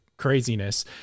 craziness